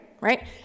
right